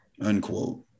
unquote